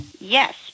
Yes